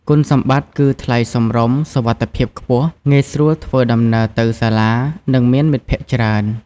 គុណសម្បត្តិគឺថ្លៃសមរម្យ សុវត្ថិភាពខ្ពស់ ងាយស្រួលធ្វើដំណើរទៅសាលា និងមានមិត្តភក្តិច្រើន។